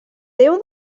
déu